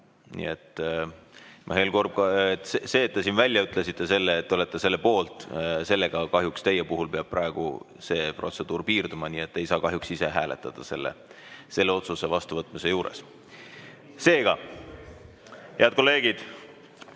hääleta. Mihhail Korb, see, et te siin välja ütlesite selle, et te olete selle poolt, sellega kahjuks teie puhul peab praegu see protseduur piirduma. Te ei saa kahjuks ise hääletada selle otsuse vastuvõtmise juures. Seega, head kolleegid,